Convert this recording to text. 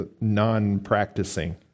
non-practicing